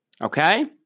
Okay